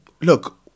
Look